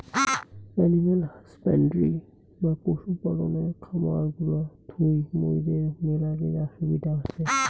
animal husbandry বা পশু পালনের খামার গুলা থুই মুইদের মেলাগিলা সুবিধা হসে